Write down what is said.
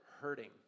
hurting